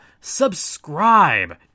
subscribe